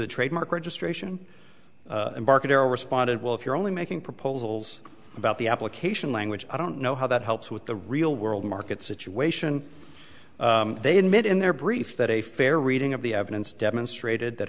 the trademark registration embarcadero responded well if you're only making proposals about the application language i don't know how that helps with the real world market situation they admit in their brief that a fair reading of the evidence demonstrated that